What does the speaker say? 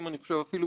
הרבה מאמץ,